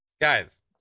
guys